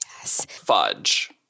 Fudge